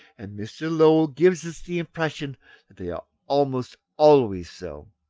and mr. lowell gives us the impression that they are almost always so.